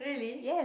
yes